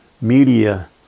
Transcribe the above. media